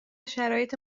شرایط